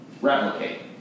replicate